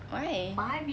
why